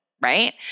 right